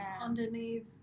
underneath